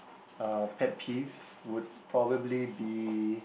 uh pet peeves would probably be